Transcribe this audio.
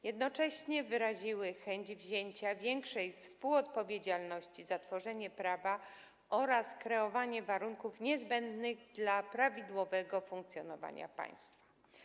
Jednocześnie wyraziły chęć wzięcia większej współodpowiedzialności za tworzenie prawa oraz kreowanie warunków niezbędnych dla prawidłowego funkcjonowania państwa.